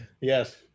yes